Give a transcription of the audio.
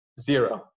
zero